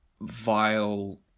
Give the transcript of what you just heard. vile